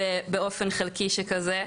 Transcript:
באופן חלקי שכזה?